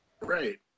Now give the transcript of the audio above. Right